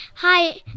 Hi